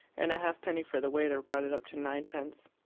and a halfpenny for the waiter brought it up to ninepence.